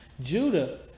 Judah